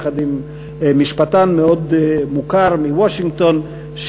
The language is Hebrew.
יחד עם משפטן מאוד מוכר מוושינגטון,